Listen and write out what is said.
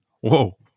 Whoa